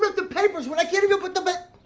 but the papers when i can't even put the bed.